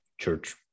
church